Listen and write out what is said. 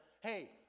hey